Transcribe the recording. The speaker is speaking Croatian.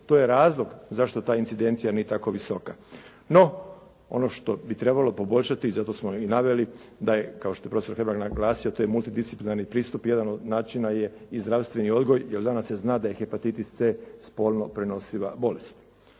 to je razlog zašto ta incidencija nije tako visoka. No, ono što bi trebalo poboljšati, zato smo i naveli, da je, kao što je profesor Hebrang naglasio, to je multidisciplinarni pristup, jedan od načina je i zdravstveni odgoj jer danas se zna da je hepatitis c spolno prenosiva bolest.